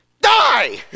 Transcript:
die